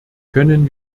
können